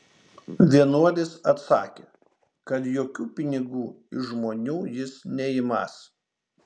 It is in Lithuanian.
vienuolis atsakė kad jokių pinigų iš žmonių jis neimąs